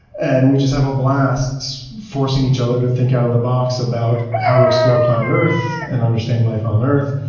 and we just have a blast forcing each other to think out of the box about how to explore planet earth, and understand life on earth,